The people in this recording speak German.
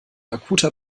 akuter